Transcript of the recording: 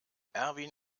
erwin